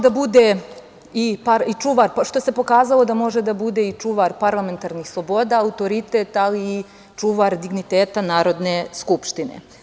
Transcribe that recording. Kao što se i pokazalo, može da bude i čuvar parlamentarnih sloboda, autoritet, ali i čuvar digniteta Narodne skupštine.